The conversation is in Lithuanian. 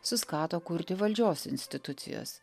suskato kurti valdžios institucijos